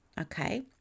okay